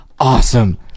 Awesome